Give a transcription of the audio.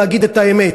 להגיד את האמת: